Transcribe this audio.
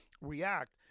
react